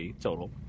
total